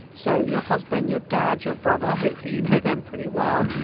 so your husband, your dad, your brother, hopefully you know them pretty well.